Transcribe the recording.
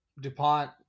DuPont